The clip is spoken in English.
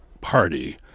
party